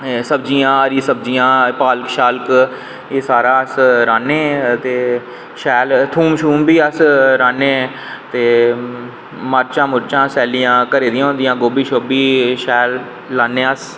सब्जियां हरी सब्जियां पालक एह् सारा अस राह्न्ने ते शैल थूम बी अस राह्न्ने ते मर्चां सैल्लियां घरै दियां होंदियां गोभी शैल लान्ने अस